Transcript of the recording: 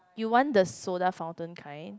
you want the soda fountain kind